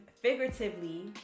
figuratively